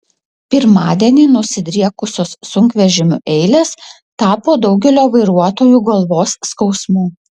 pirmadienį nusidriekusios sunkvežimių eilės tapo daugelio vairuotojų galvos skausmu